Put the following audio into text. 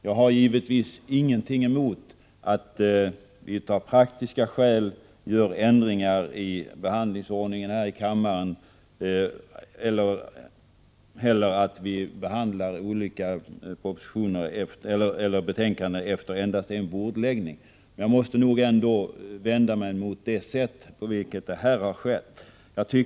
Jag har givetvis ingenting emot att vi av praktiska skäl gör ändringar i behandlingsordningen eller att vi behandlar olika betänkanden efter endast en bordläggning, men jag måste ändå vända mig emot det sätt på vilket det här har skett.